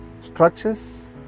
structures